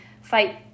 fight